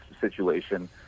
situation